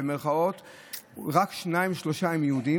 רק שניים-שלושה הם יהודים.